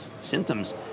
symptoms